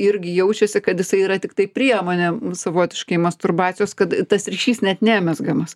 irgi jaučiasi kad jisai yra tiktai priemonė savotiškai masturbacijos kad tas ryšys net nemezgamas